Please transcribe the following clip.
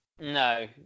No